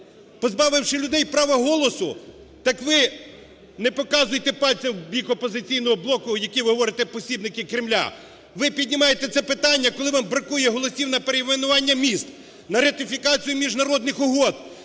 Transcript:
позбавивши людей права голосу, так ви не показуйте пальцем в бік "Опозиційного блоку", які, ви говорите, посібники Кремля. Ви піднімаєте це питання, коли вам бракує голосів на перейменування міст, на ратифікацію міжнародних угод,